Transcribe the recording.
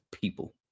people